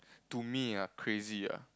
to me ah crazy ah